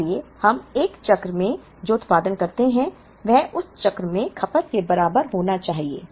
इसलिए हम 1 चक्र में जो उत्पादन करते हैं वह उस चक्र में खपत के बराबर होना चाहिए